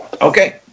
Okay